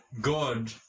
God